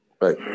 Right